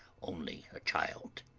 only a child